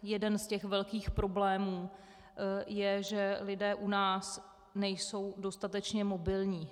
Jeden z velkých problémů je, že lidé u nás nejsou dostatečně mobilní.